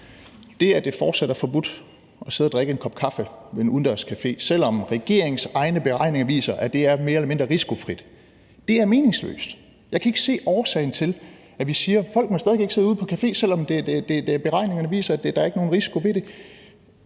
Det, at det fortsat er forbudt at sidde og drikke en kop kaffe ved en udendørs café, selv om regeringens egne beregninger viser, at det er mere eller mindre risikofrit, er meningsløst. Jeg kan ikke se grunden til, at vi siger, at folk stadig væk ikke må sidde udenfor på café, når beregningerne viser, at der ikke er nogen risiko ved det.